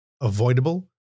avoidable